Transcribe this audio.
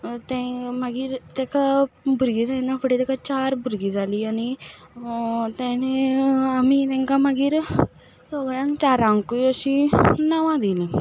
तें मागीर तेका भुरगीं जायना फुडें तेका चार भुरगीं जालीं आनी तेणें आमी तेंका मागीर सगळ्यांक चारांकूय अशीं नांवां दिलीं